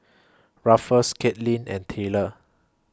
Ruffus Katelin and Tayler